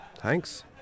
Thanks